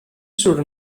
sure